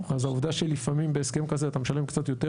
העובדה שלפעמים בהסכם כזה אתה משלם קצת יותר